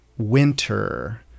winter